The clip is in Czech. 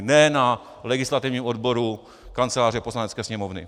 Ne na legislativním odboru Kanceláře Poslanecké sněmovny.